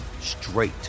straight